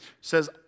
says